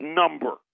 number